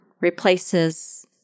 replaces